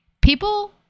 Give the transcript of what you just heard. People